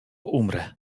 umrę